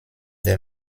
der